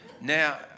Now